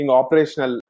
operational